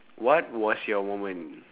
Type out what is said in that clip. what was your moment